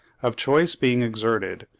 of choice being exerted,